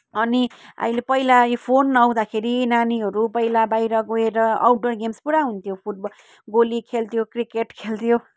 अनि अहिले पहिला यो फोन नहुँदाखेरि नानीहरू पहिला बाहिर गएर आउटडोर गेम्स पुरा हुन्थ्यो फुटबल गोली खेल्थ्यो क्रिकेट खेल्थ्यो